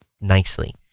nicely